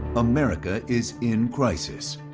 america is in crisis.